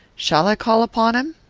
shall i call upon him?